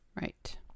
Right